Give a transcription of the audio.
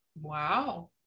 Wow